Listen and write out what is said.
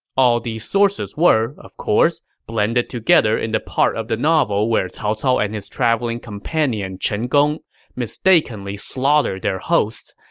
all these sources were, of course, blended together in the part of the novel where cao cao and his traveling companion chen gong mistakenly slaughtered their hosts,